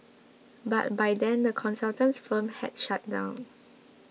but by then the consultant's firm had shut down